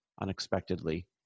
unexpectedly